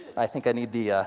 i think i need the ah